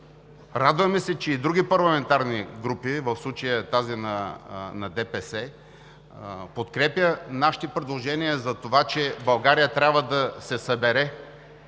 Радваме се, че и други парламентарни групи, в случая тази на ДПС, подкрепя нашите предложения за това, че България трябва да се събере,